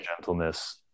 gentleness